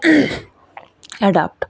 adopt